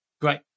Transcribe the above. Great